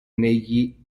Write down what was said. negli